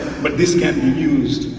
but this can be used.